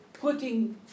putting